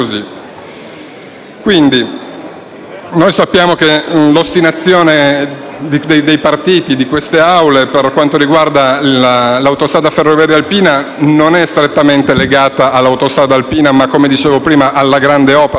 Noi sappiamo che l'ostinazione dei partiti di queste Aule per quanto riguarda l'autostrada ferroviaria alpina non è strettamente legata all'autostrada alpina, ma alla grande opera che ha bisogno di andare avanti per far